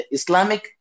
Islamic